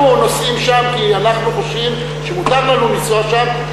אנחנו נוסעים שם כי אנחנו חושבים שמותר לנו לנסוע שם,